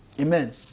Amen